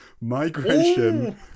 migration